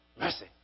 mercy